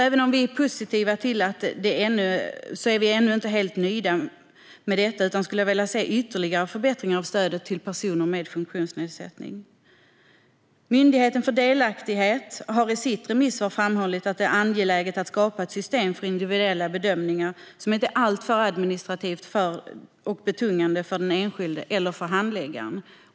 Även om vi är positiva är vi alltså ännu inte helt nöjda med detta, utan vi hade velat se ytterligare förbättringar av stödet till personer med funktionsnedsättning. Myndigheten för delaktighet har i sitt remissvar framhållit att det är angeläget att skapa ett system för individuella bedömningar som inte är alltför administrativt betungande för den enskilde eller handläggaren.